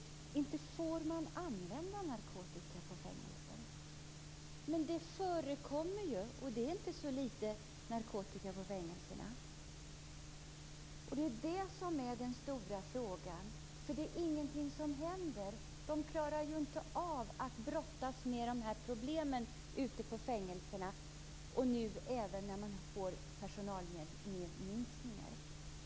Fru talman! Nej, inte får man använda narkotika på fängelser. Men det förekommer ju. Det är inte så lite narkotika på fängelserna, och det är det som är den stora frågan. Det är ingenting som händer. Man klarar inte av att brottas med de här problemen ute på fängelserna. Nu får man dessutom personalminskningar.